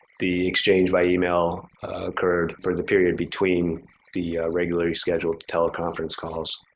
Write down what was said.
the exchange by email occurred for the period between the regularly scheduled teleconference calls.